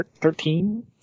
Thirteen